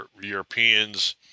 Europeans